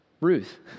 Ruth